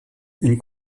une